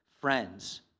friends